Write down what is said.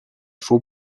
faut